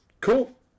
Cool